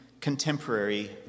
contemporary